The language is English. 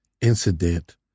incident